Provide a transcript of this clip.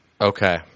Okay